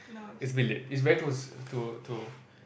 it's been late it's very close to to